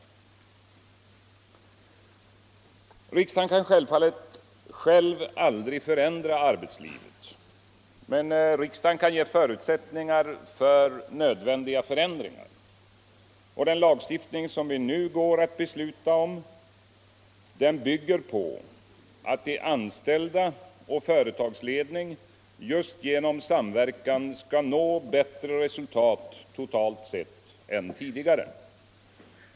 Riksdagen kan givetvis själv aldrig förändra arbetslivet, men riksdagen kan ge förutsättningar för nödvändiga förändringar. Den lagstiftning vi nu går att besluta om bygger på att de anställda och företagsledning just genom samverkan skall nå bättre resultat totalt sett än tidigare.